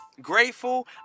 Grateful